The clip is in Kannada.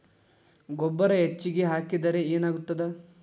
ಗೊಬ್ಬರ ಹೆಚ್ಚಿಗೆ ಹಾಕಿದರೆ ಏನಾಗ್ತದ?